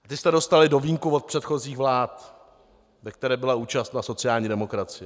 Ty jste dostali do vínku od předchozích vlád, ve které byla účastna sociální demokracie.